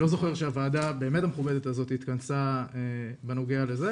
לא זוכר שהוועדה באמת המכובדת הזאת התכנסה בנוגע לזה,